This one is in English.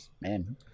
man